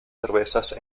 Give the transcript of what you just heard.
cervezas